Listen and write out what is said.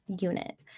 unit